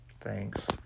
Thanks